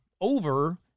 over